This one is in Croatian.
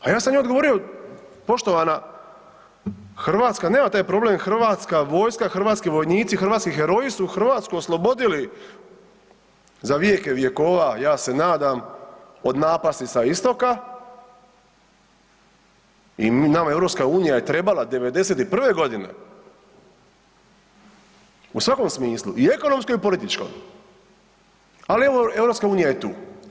Pa ja sam njoj odgovorio, poštovana Hrvatska nema taj problem, Hrvatska vojska, hrvatski vojnici, hrvatski heroji su Hrvatsku oslobodili za vijeke vjekova ja se nadam od napasti sa istoka i nama je EU trebala '91. godine u svakom smislu i ekonomskom i političkom, ali evo EU je tu.